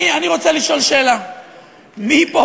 אני רוצה לשאול: מי פה,